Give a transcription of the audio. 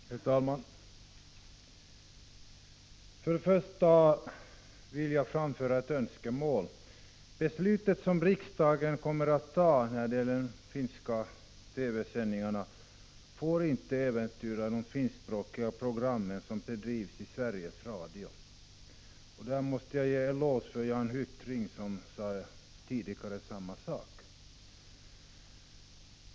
Herr talman! Först vill jag framföra ett önskemål: Det beslut som riksdagen kommer att fatta om de finska TV-sändningarna får inte äventyra de finskspråkiga program som sänds i Sveriges Radio. Jag måste ge en eloge till Jan Hyttring, som tidigare sade samma sak.